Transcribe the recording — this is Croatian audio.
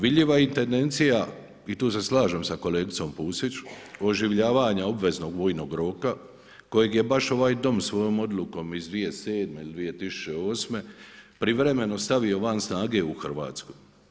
Vidljiva je i tendencija i tu se slažem sa kolegicom Pusići oživljavanja obveznog vojnog roka kojeg je baš ovaj Dom svojom odlukom iz 2007. ili 2008. privremeno stavio van snage u Hrvatskoj.